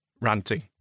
Ranting